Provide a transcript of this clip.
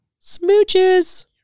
Smooches